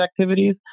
activities